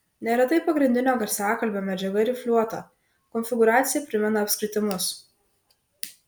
neretai pagrindinio garsiakalbio medžiaga rifliuota konfigūracija primena apskritimus